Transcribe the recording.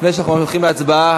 לפני שאנחנו הולכים להצבעה,